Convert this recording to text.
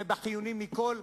ובחיוני מכול,